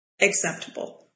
acceptable